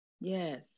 Yes